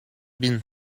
been